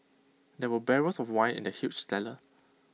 there were barrels of wine in the huge cellar